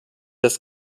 das